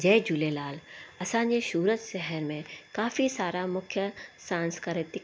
जय झूलेलाल असांजे सूरत शहर में काफ़ी सारा मुख्य सांस्कृतिक